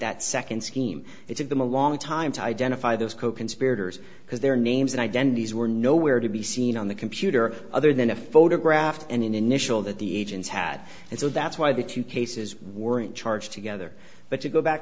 that second scheme it's of them a long time to identify those coconspirators because their names and identities were nowhere to be seen on the computer other than a photograph and an initial that the agents had and so that's why the two cases weren't charged together but you go back